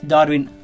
Darwin